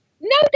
No